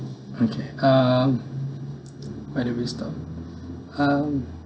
okay uh where do we stop um